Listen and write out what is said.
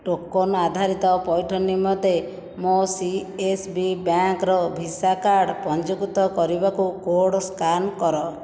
token ଆଧାରିତ ପଇଠ ନିମନ୍ତେ ମୋ ସି ଏସ୍ ବି ବ୍ୟାଙ୍କ୍ର ଭିସା କାର୍ଡ଼ ପଞ୍ଜୀକୃତ କରିବାକୁ କୋଡ଼୍ ସ୍କାନ୍ କର